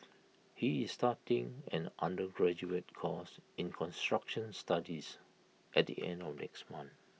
he is starting an undergraduate course in construction studies at the end of next month